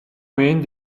moyenne